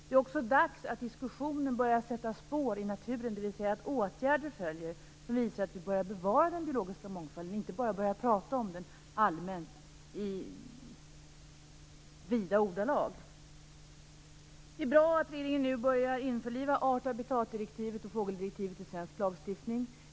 Det är också dags att diskussionen börjar sätta spår i naturen, dvs. att åtgärder följer som visar att vi börjar bevara den biologiska mångfalden och inte bara pratar om den allmänt i vida ordalag. Det är bra att regeringen nu börjar införliva artoch habitatdirektivet och fågeldirektivet i svensk lagstiftning.